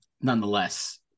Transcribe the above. nonetheless